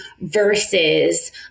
versus